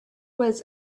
was